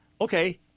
okay